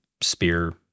spear